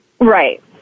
Right